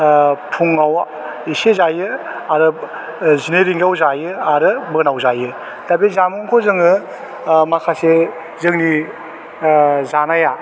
ओह फुङाव एसे जायो आरो ओह जिनै रिंगायाव जायो आरो मोनायाव जायो दा बे जामुंखौ जोङो ओह माखासे जोंनि आह जानाया